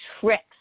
tricks